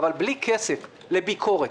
אבל בלי כסף לביקורת,